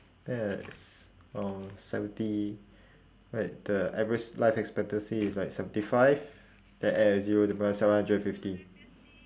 that's uh seventy wait the average life expectancy is like seventy five then add a zero it becomes seven hundred and fifty